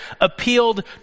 appealed